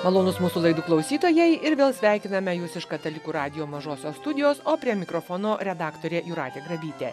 malonūs mūsų laidų klausytojai ir vėl sveikiname jus iš katalikų radijo mažosios studijos o prie mikrofono redaktorė jūratė grabytė